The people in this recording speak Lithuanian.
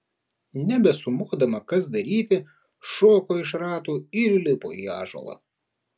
nebesumodama kas daryti šoko iš ratų ir įlipo į ąžuolą